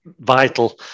vital